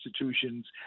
institutions